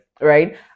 right